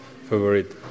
favorite